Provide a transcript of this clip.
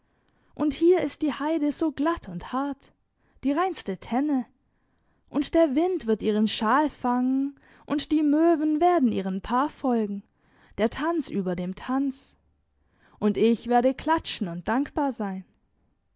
und hier ist die heide so glatt und hart die reinste tenne und der wind wird ihren schal fangen und die möwen werden ihren pas folgen der tanz über dem tanz und ich werde klatschen und dankbar sein